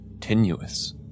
tenuous